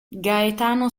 gaetano